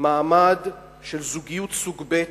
מעמד של זוגיות סוג ב'